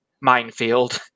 minefield